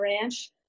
ranch